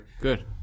good